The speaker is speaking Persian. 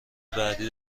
بعدی